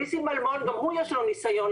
ניסים אלמון ולו יש ניסיון,